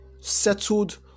settled